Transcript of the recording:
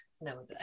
no